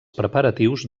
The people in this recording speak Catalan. preparatius